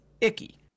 icky